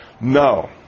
No